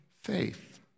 faith